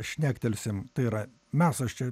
šnektelsim tai yra mes aš čia